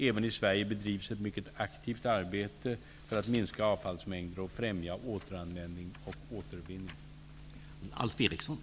Även i Sverige bedrivs ett mycket aktivt arbete för att minska avfallsmängder och främja återanvändning och återvinning.